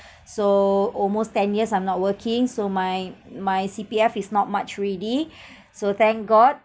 so almost ten years I'm not working so my my C_P_F is not much already so thank god